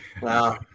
wow